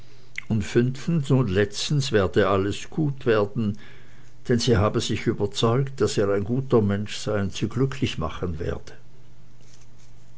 und fünftens und letztens werde alles gut werden denn sie habe sich überzeugt daß er ein guter mensch sei und sie glücklich machen werde